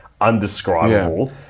undescribable